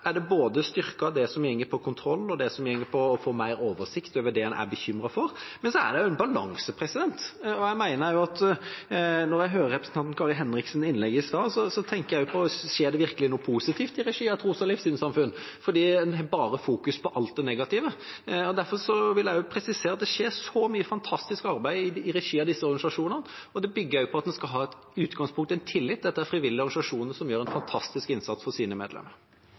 er det styrket, både det som går på kontroll, og det som går på å få mer oversikt over det man er bekymret for. Men så er det også en balanse her – og jeg tenkte da jeg hørte representanten Kari Henriksens innlegg i stad: Skjer det virkelig noe positivt i regi av tros- og livssynssamfunn? For man fokuserer bare på alt det negative. Derfor vil jeg også presisere at det skjer så mye fantastisk arbeid i regi av disse organisasjonene, og det bygger på at man i utgangspunktet skal ha en tillit – dette er frivillige organisasjoner som gjør en fantastisk innsats for sine medlemmer.